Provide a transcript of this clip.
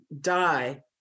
die